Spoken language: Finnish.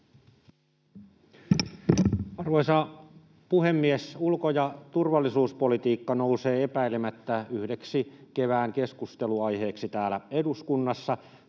Arvoisa puhemies! Ulko- ja turvallisuuspolitiikka nousee epäilemättä yhdeksi kevään keskustelunaiheeksi täällä eduskunnassa.